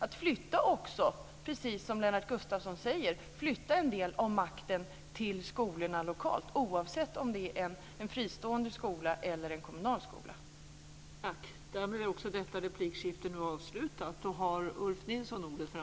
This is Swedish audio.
Det handlar också, precis som Lennart Gustavsson säger, om att flytta en del av makten till skolorna lokalt, oavsett om det är en fristående skola eller en kommunal skola.